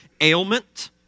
ailment